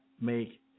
make